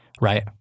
right